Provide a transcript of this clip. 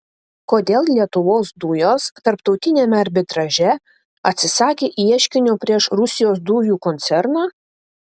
kodėl lietuvos dujos tarptautiniame arbitraže atsisakė ieškinio prieš rusijos dujų koncerną